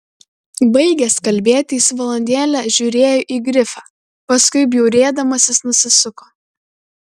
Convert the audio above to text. baigęs kalbėti jis valandėlę žiūrėjo į grifą paskui bjaurėdamasis nusisuko